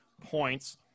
points